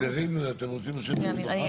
חבר'ה, חוק ההסדרים, אתם רוצים לשבת מחר?